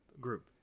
group